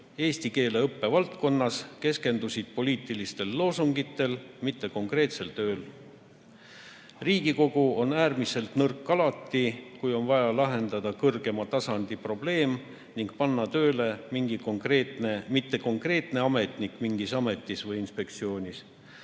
eesti keele õppe valdkonnas, keskendusid poliitilistele loosungitele, mitte konkreetsele tööle. Riigikogu on äärmiselt nõrk alati, kui on vaja lahendada kõrgema tasandi probleem ning panna tööle mitte konkreetne ametnik mingis ametis või inspektsioonis,